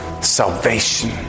salvation